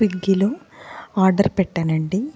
స్విగ్గీలో ఆర్డర్ పెట్టానండి